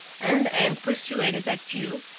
and am persuaded that you,